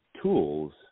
tools